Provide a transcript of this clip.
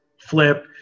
flip